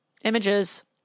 images